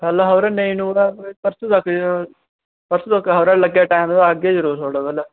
कल खबरै नेईं नोगा कोई परसुं तक परसुं तक खबरै लग्गै टैम तां आह्गे जरूर थुआढ़े कोल